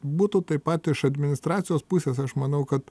būtų taip pat iš administracijos pusės aš manau kad